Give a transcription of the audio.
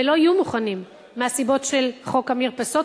ולא יהיו מוכנים מהסיבות של חוק המרפסות,